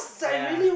ya